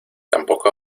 tampoco